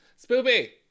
Spoopy